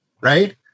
Right